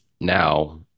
now